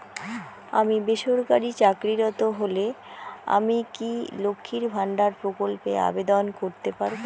আমি বেসরকারি চাকরিরত হলে আমি কি লক্ষীর ভান্ডার প্রকল্পে আবেদন করতে পারব?